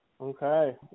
Okay